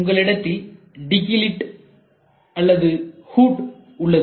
உங்களிடத்தில் டிக்கிலிட் மற்றும் ஹூட் உள்ளது